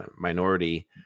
minority